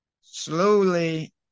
slowly